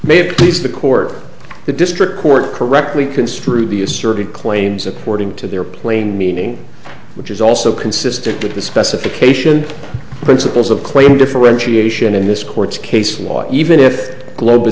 may please the court the district court correctly construed the asserted claims according to their plain meaning which is also consistent with the specification principles of claim differentiation in this court's case law even if glob